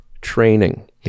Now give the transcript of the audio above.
training